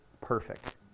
perfect